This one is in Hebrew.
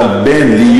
באמת,